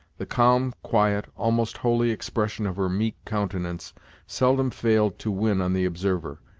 the calm, quiet, almost holy expression of her meek countenance seldom failed to win on the observer,